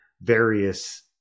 various